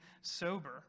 sober